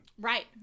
Right